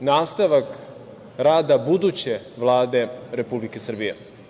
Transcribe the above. nastavak rada buduće Vlade Republike Srbije. Takođe,